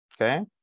okay